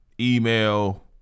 email